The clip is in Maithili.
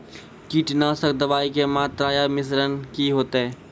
कीटनासक दवाई के मात्रा या मिश्रण की हेते?